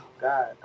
God